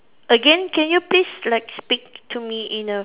again can you please like speak to me in a